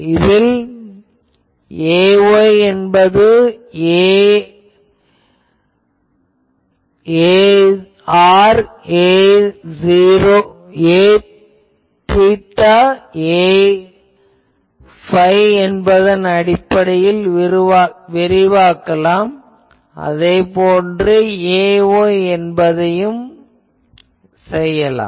ax என்பதை araθaϕ என்பதன் அடிப்படையில் விரிவாக்கலாம் அதேபோன்று ay என்பதும் ஆகும்